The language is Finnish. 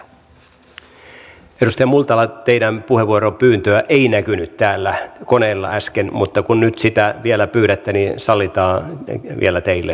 edustaja multala teidän puheenvuoropyyntöänne ei näkynyt täällä koneella äsken mutta kun nyt sitä vielä pyydätte niin sallitaan vielä teille puheenvuoro